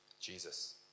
Jesus